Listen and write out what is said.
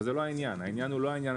אבל לא זה העניין העניין הוא לא מקצועי.